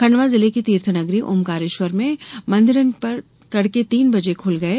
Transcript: खंडवा जिले की तीर्थ नगरी ओमकारेश्वर में मंदिरन के पट तड़के तीन बजे खुल गये